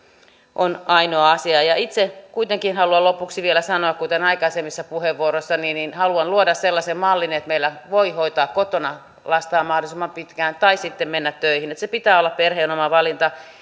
on ainoa asia itse kuitenkin haluan lopuksi vielä sanoa kuten aikaisemmissa puheenvuoroissani että haluan luoda sellaisen mallin että meillä voi hoitaa kotona lastaan mahdollisimman pitkään tai sitten mennä töihin sen pitää olla perheen oma valinta